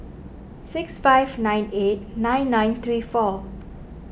six five nine eight nine nine three four